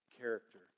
character